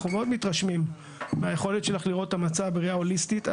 אנחנו מאוד מתרשמים מהיכולת שלך לראות את המצב בראייה הוליסטית.